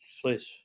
please